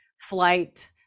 flight